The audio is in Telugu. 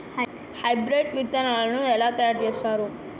హైబ్రిడ్ విత్తనాలను ఎలా తయారు చేస్తారు?